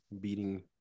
beating